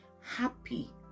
happy